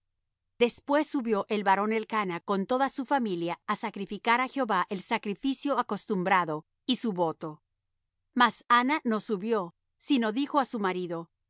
después subió el varón elcana con toda su familia á sacrificar á jehová el sacrificio acostumbrado y su voto mas anna no subió sino dijo á su marido